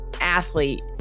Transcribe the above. athlete